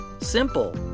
simple